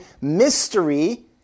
Mystery